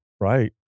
Right